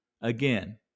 Again